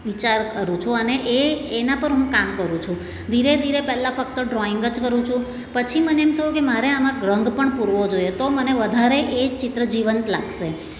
વિચાર કરું છું અને એ એના પર હું કામ કરું છું ધીરે ધીરે પહેલાં ફક્ત ડ્રોઈંગ જ કરું છું પછી મને એમ થયું કે મારે આમાં રંગ પણ પૂરવો જોઈએ તો મને વધારે એ ચિત્ર જીવંત લાગશે